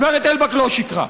גברת אלבק לא שיקרה.